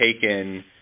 taken –